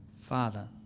Father